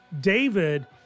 David